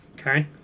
Okay